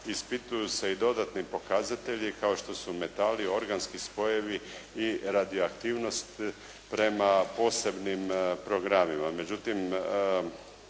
ispituju se i dodatni pokazatelji kao što su metali organski spojevi i radioaktivnost prema posebnim programima.